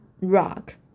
rock